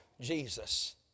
Jesus